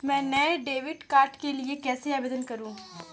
मैं नए debit card के लिए कैसे आवेदन करूं?